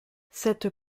cette